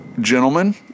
gentlemen